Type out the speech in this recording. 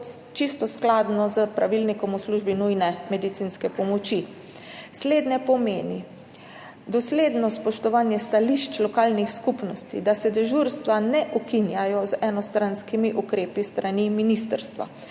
čisto skladno s Pravilnikom o službi nujne medicinske pomoči. Slednje pomeni dosledno spoštovanje stališč lokalnih skupnosti, da se dežurstva ne ukinjajo z enostranskimi ukrepi s strani ministrstva,